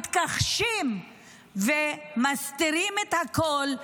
מתכחשים ומסתירים את הכול,